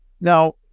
now